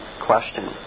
question